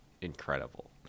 incredible